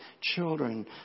children